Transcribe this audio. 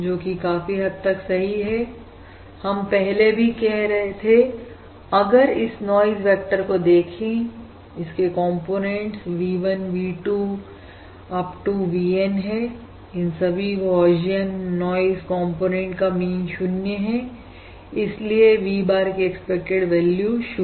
जो कि काफी हद तक सही है हम पहले भी कह रहे थे अगर इस नॉइज वेक्टर को देखें इसके components V1 V2 Up to VN हैं इन सभी गौशियन नॉइज कॉम्पोनेंट का मीन 0 है इसलिए V bar की एक्सपेक्टेड वैल्यू 0